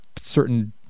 certain